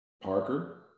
Parker